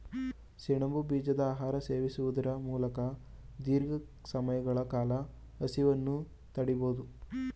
ಸೆಣಬು ಬೀಜದ ಆಹಾರ ಸೇವಿಸುವುದರ ಮೂಲಕ ದೀರ್ಘ ಸಮಯಗಳ ಕಾಲ ಹಸಿವನ್ನು ತಡಿಬೋದು